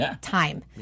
time